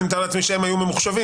מתאר לעצמי שהם דווקא היו ממוחשבים.